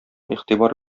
игътибар